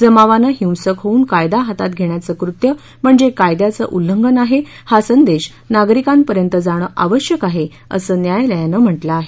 जमावानं हिंसक होऊन कायदा हातात घेण्याचं कृत्य म्हणजे कायद्याचं उल्लंघन आहे हा संदेश नागरिकांपर्यंत जाणं आवश्यक आहे असं न्यायालयानं म्हटलं आहे